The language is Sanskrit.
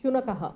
शुनकः